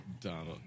Donald